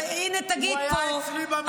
הינה, תגיד פה --- הוא היה אצלי במשרד.